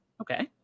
Okay